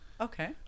Okay